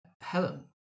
Helen